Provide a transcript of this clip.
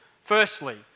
firstly